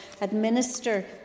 administer